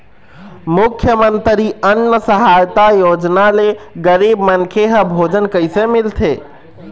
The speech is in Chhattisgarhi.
मुख्यमंतरी अन्न सहायता योजना ले गरीब मनखे ह भोजन कइसे मिलथे?